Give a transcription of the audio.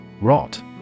ROT